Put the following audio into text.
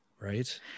Right